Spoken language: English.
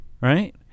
right